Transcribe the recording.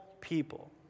people